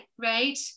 right